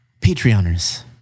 Patreoners